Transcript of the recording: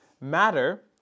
matter